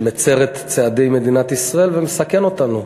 שמצר את צעדי מדינת ישראל ומסכן אותנו,